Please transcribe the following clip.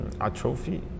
atrophy